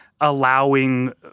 allowing